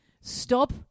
Stop